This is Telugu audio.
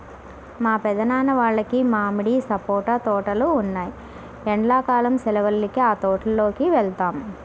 మా పెద్దనాన్న వాళ్లకి మామిడి, సపోటా తోటలు ఉన్నాయ్, ఎండ్లా కాలం సెలవులకి ఆ తోటల్లోకి వెళ్తాం